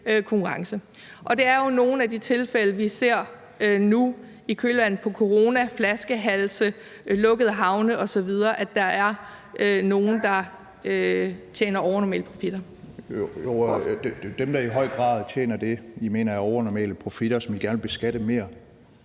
konkurrence.« Og det er jo nogle af de tilfælde, vi ser nu i kølvandet på corona, flaskehalse, lukkede havne osv., at der er nogle, der tjener overnormale profitter. Kl. 17:47 Fjerde næstformand (Mai Mercado): Tak. Kl. 17:47 Alex